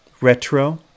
retro